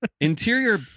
Interior